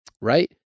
right